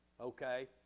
Okay